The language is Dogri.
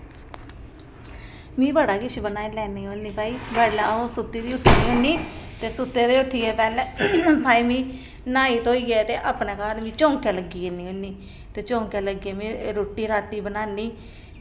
में बड़ा किश बनाई लैनी होन्नी भई बडलै अ'ऊं सुत्ती दी उट्ठनी होन्नी ते सुत्ते ते उट्ठियै पैह्लें भई मी न्हाई धोइयै ते अपने घर मी चौंके लग्गी जन्नी होन्नी ते चौंके लग्गियै में रुट्टी राट्टी बनानी